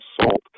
salt